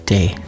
Day